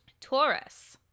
taurus